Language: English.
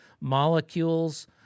molecules